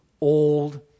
old